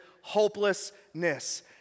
hopelessness